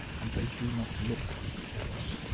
and they do not look like force.